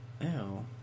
Ew